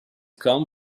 come